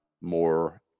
more